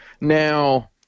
Now